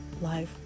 life